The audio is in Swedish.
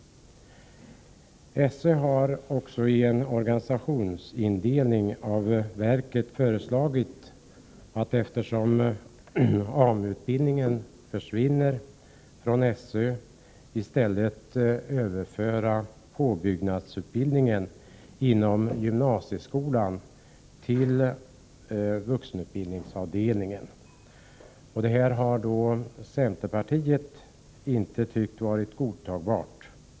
SÖ har sagt i ett förslag till organisationsindelning av verket, att eftersom AMU-utbildningen försvinner från SÖ vill man i stället överföra påbyggnadsutbildningen inom gymnasieskolan till avdelningen för vuxenutbildning. Detta har centerpartiet inte tyckt vara godtagbart.